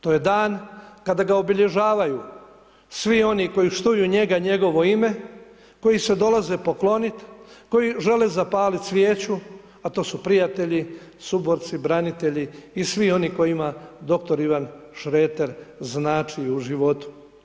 To je dan kada ga obilježavaju svi oni koji štuju njega, njegovo ime, koji se dolaze poklonit, koji žele zapalit svijeću, a to su prijatelji, suborci, branitelji i svi oni kojima dr. Ivan Šreter znači u životu.